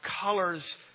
colors